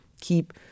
keep